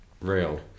real